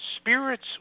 spirits